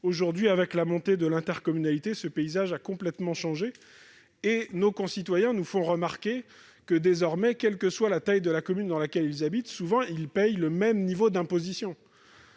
Aujourd'hui, du fait de la montée de l'intercommunalité, ce paysage a complètement changé. De plus, nos concitoyens nous font remarquer que, désormais, quelle que soit la taille de la commune dans laquelle ils habitent, ils sont souvent soumis au même niveau d'imposition.